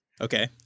Okay